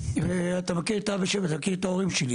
כואב לי הלב לראות אותו.